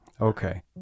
Okay